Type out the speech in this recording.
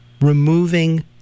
removing